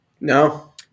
No